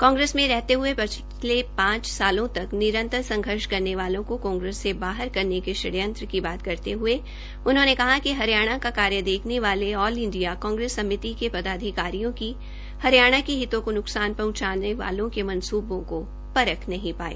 कांग्रेस में रहते हए पिछले पांच सालों तक निरंतर संघर्ष करने वालों को कांग्रेस से बाहर करने के षडयंत्र की बात करते हये डॉ अशोक तंवर ने कहा कि हरियाणा का कार्य देखने वाले आल इंडिया कांग्रेस समिति के पदाधिकारी हरियाणा के हितों को न्कसान पहंचाने वालों के मंसूबों को वे परख नहीं पाए